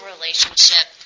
relationship